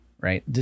right